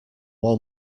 one